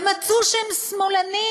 ומצאו שהם שמאלנים.